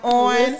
on